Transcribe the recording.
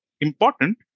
important